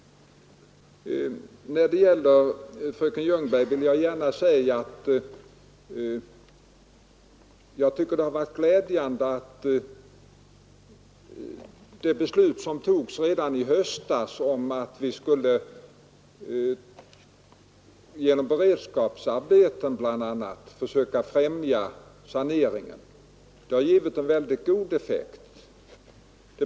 Till fröken Ljungberg vill jag gärna säga att jag tycker att det är glädjande att det beslut som togs redan i höstas om att bl.a. genom beredskapsarbeten försöka främja saneringen av äldre fastigheter har haft mycket god effekt.